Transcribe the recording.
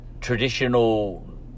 traditional